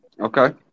Okay